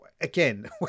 again